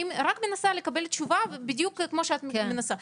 אני רק מנסה לקבל תשובה בדיוק כמו שאת מנסה.